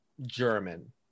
german